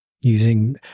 using